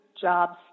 jobs